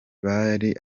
bari